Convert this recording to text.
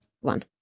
one